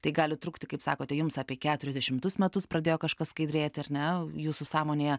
tai gali trukti kaip sakote jums apie keturiasdešimtus metus pradėjo kažkas skaidrėti ar ne jūsų sąmonėje